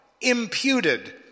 imputed